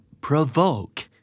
provoke